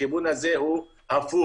הכיוון הזה הוא הפוך,